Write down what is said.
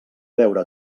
veure